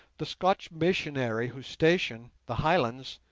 the scotch missionary, whose station, the highlands,